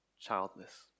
childless